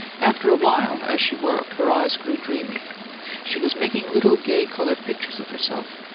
after a while, as she worked, her eyes grew dreamy she was making little gay-coloured pictures of herself,